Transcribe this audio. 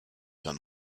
dann